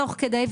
תוך כדי,